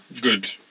Good